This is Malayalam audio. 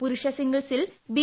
പുരുഷ സിംഗിൾസിൽ ബി